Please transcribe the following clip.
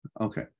Okay